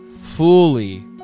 fully